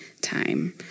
time